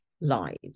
lives